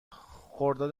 خرداد